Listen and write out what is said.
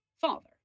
father